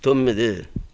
తొమ్మిది